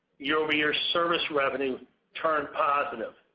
year-over-year service revenue turned positive.